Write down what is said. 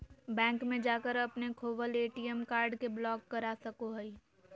bank में जाकर अपने खोवल ए.टी.एम कार्ड के ब्लॉक करा सको हइ